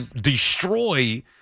destroy